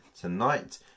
tonight